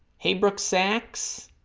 hey brooks axe